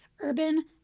Urban